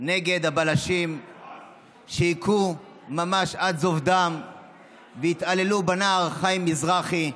נגד הבלשים שהיכו ממש עד זוב דם והתעללו בנער חיים מזרחי,